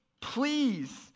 please